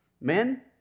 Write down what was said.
Men